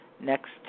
next